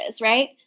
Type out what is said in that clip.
right